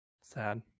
sad